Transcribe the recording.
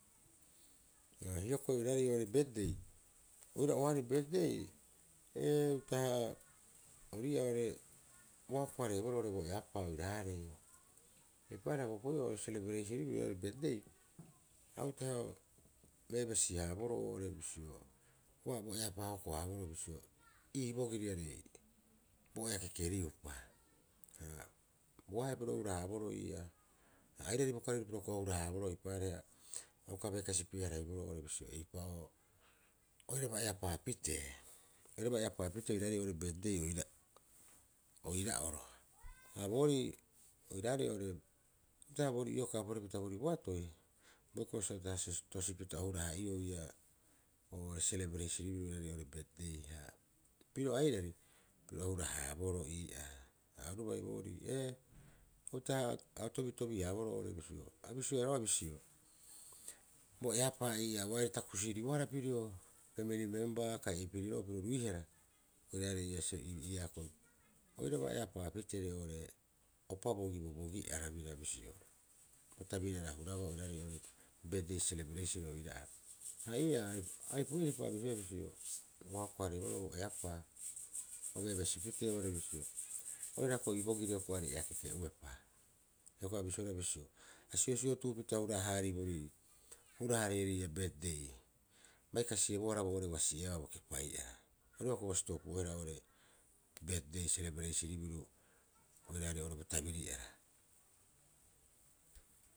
Hioko'i oiraarei betdei oira'oaarei betde ee, uta'aha orii'aa oo'ore ua hoko- hareeboroo oo'ore bo eapaa oiraarei. Eipaareha bo opoi'oo serabreisin biru, o betde a uta'aha o beebesi- haraboroo oo'ore bisio ua opaepa hoko- haaboroo bisio ii boriri aarei bo ea kekeriupa. Ha bo ahe'a piro o hura- haraboroo ii'aa airari bo kari piro uka o hura- haraboroo, eipaareha a uka bai kasi pi'e- haraiboroo oo'ore eipa'oo oiraba eapaa pitee. Oira eapaa pitee oiraarei oo'ore betde oira'oro. Ha boorii oiraarei oo'ore uta'aha boorii iokaa porepita boorii boatoi, boikiro uta'aha sa tosipita o hura- haa'iou serebrasin biru oiraarei betde ha pirio airari piro o hura- haraboroo ii'aa ha oru bai boorii ee uta'aha a o tobitobi- haraboroo oo'ore bisio. A bisioeea rga'a bisio bo eapaa ii'aa ua aira takusiiribohara piro familii memba kai eipiri'oo piro ruihara oiraarei ii'aa oiraba eapaapitee opa bogi bo gi'ara bira iisio bo tabari'ara hurabaa oiraarei betde serabresin oira'ara. Ha ii'aa aripu'iripa oru biraa bisio ua hoko- hareeboroo bo eapaa o beebesi pitee oo'ore bisio ii'aa ii bogiri iaarei ea kekeuepa. Hioko'i a bisioea bisio sa siosiotuupita o hura- harariboo, hura- hareerii betde ba kasiebohara ua si'iebaa bo kepa'ara. Ori ii'oo ua sitop'oeehara oo'ore betde selebrasin biru oiraarei oo'ore bo tabiri'ara.